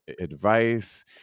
advice